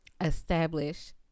establish